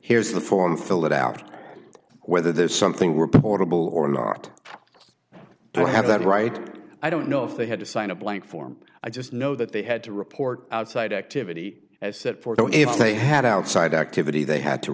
here's the form fill it out whether there's something reportable or not i have that right i don't know if they had to sign a blank form i just know that they had to report outside activity as that for the if they had outside activity they had to